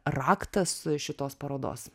raktas šitos parodos